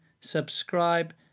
subscribe